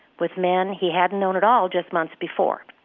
with men he hadn't known at all just months before,